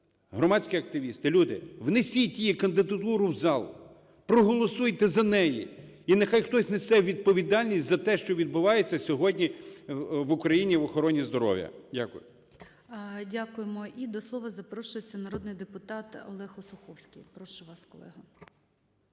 громадські активісти, люди, внесіть її кандидатуру в зал, проголосуйте за неї і нехай хтось несе відповідальність за те, що відбувається сьогодні в Україні в охороні. здоров'я. Дякую. ГОЛОВУЮЧИЙ. Дякуємо. І до слова запрошується народний депутат Олег Осуховський. Прошу вас, колего.